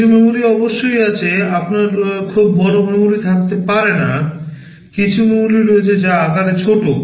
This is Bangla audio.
কিছু memory অবশ্যই আছে আপনার খুব বড় memory থাকতে পারে না কিছু memory রয়েছে যা আকারে ছোট